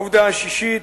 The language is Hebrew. העובדה השישית,